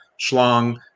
schlong